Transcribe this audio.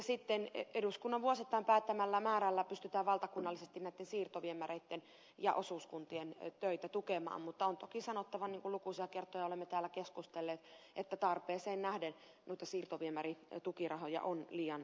sitten eduskunnan vuosittain päättämällä määrällä pystytään valtakunnallisesti näitten siirtoviemäreitten ja osuuskuntien töitä tukemaan mutta on toki sanottava niin kun lukuisia kertoja olemme täällä keskustelleet että tarpeeseen nähden noita siirtoviemäritukirahoja on liian vähän